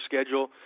schedule